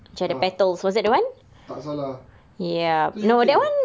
ah tak salah tu U_K ah